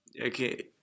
okay